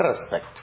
respect